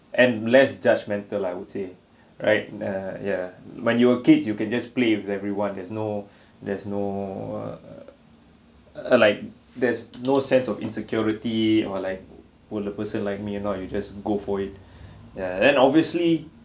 and less judgemental I would say right err ya when you a kids you can just play with everyone there's no there's no uh uh like there's no sense of insecurity or like will the person like me or not you just go for it ya then obviously